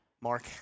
Mark